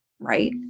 right